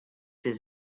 his